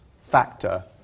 factor